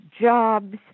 jobs